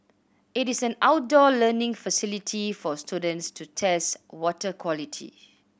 it is an outdoor learning facility for students to test water quality